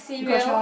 cereal